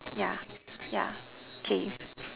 yeah yeah okay